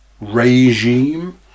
regime